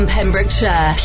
Pembrokeshire